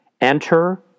Enter